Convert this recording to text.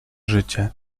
życie